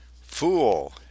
Fool